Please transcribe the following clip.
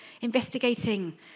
investigating